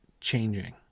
changing